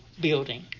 building